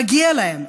מגיע להם.